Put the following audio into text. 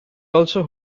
also